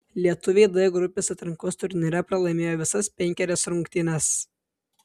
lietuviai d grupės atrankos turnyre pralaimėjo visas penkerias rungtynes